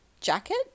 Jacket